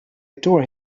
tore